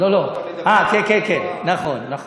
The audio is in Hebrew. אה, כן כן, נכון, נכון.